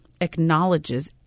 acknowledges